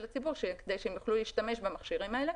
הציבור כדי שהם יוכלו להשתמש במכשירים האלה